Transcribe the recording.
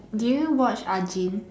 do you watch Ajin